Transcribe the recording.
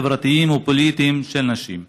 חברתיים ופוליטיים של נשים.